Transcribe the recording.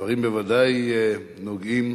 הדברים בוודאי נוגעים